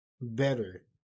better